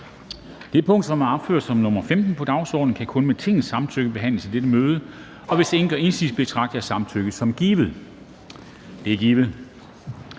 Det punkt, der er opført som nr. 15 på dagsordenen, kan kun med Tingets samtykke behandles i dette møde. Hvis ingen gør indsigelse, betragter jeg samtykket som givet. Det er givet.